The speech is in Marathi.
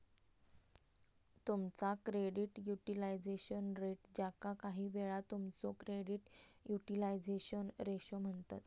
तुमचा क्रेडिट युटिलायझेशन रेट, ज्याका काहीवेळा तुमचो क्रेडिट युटिलायझेशन रेशो म्हणतत